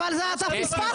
אתה פספסת.